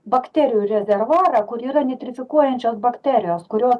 bakterijų rezervuarą kur yra net rizikuojančios bakterijos kurio